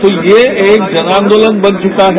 तो यह एक जनान्दोलन बन चुका है